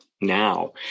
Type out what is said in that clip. now